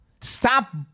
Stop